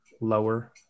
lower